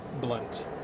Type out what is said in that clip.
blunt